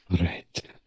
Right